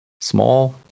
small